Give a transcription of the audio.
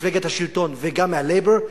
ממפלגת השלטון וגם מהלייבור,